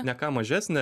ne ką mažesnė